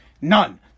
None